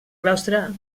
claustre